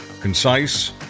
concise